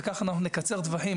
וכך אנחנו נקצר טווחים.